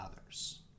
others